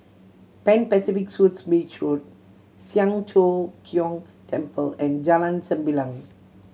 Pan Pacific Suites Beach Road Siang Cho Keong Temple and Jalan Sembilang